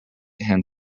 hand